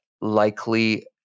likely